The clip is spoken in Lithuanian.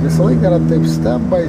visą laiką yra taip skamba